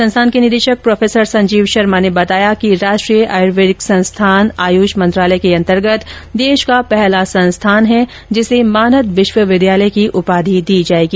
संस्थान के निदेशक प्रोफेसर संजीव शर्मा ने बताया कि राष्ट्रीय आयुर्वेदिक संस्थान आयुष मंत्रालय के अंतर्गत देश का पहला संस्थान है जिसे मानद विश्वविद्यालय की उपाधि दी जाएगी